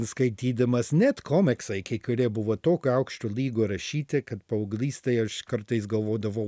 skaitydamas net komiksai kai kurie buvo tokio aukšto lygio rašyti kad paauglys tai aš kartais galvodavau